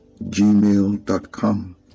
gmail.com